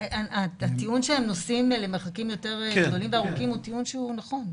הטיעון שהם נוסעים למרחקים יותר גדולים וארוכים הוא טיעון נכון.